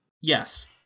Yes